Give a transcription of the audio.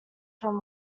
from